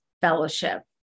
fellowship